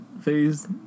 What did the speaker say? phase